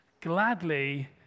gladly